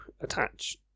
attach